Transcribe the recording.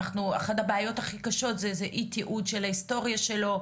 אחת הבעיות הכי קשות זה אי תיעוד של ההיסטוריה שלו,